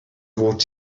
fod